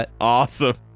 Awesome